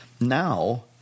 Now